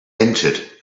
entered